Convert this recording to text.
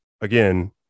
again